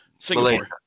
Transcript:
Singapore